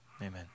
Amen